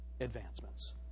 advancements